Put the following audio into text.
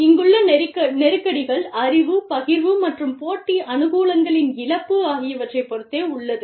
இங்குள்ள நெருக்கடிகள் அறிவு பகிர்வு மற்றும் போட்டி அனுக்கூலங்களின் இழப்பு ஆகியவற்றைப் பொறுத்தே உள்ளது